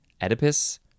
Oedipus